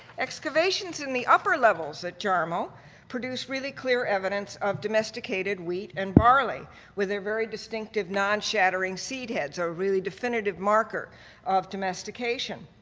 excavations in the upper levels at jarmo produce really clear evidence of domesticated wheat and barley with their very distinctive non-shattering seed heads a really definitive marker of domestication.